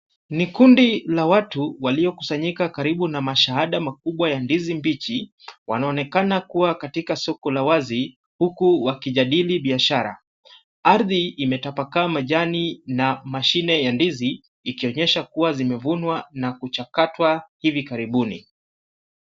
Ni kundi la watu waliokusanyika karibu na mashahada makubwa ya ndizi mbichi wanaonekana kuwa katika soko la wazi huku wakijadili biashara. Ardhi imetapakaa, majani na mashine ya ndizi ikionyesha kuwa zimevunwa na kuchakatwa hivi karibuni.